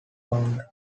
founder